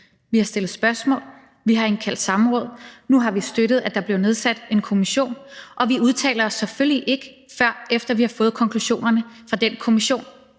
Vi har stillet spørgsmål, vi har indkaldt til samråd, og nu har vi støttet, at der blev nedsat en kommission, og vi udtaler os selvfølgelig ikke, før vi har fået konklusionerne fra den kommission,